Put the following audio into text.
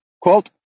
Quote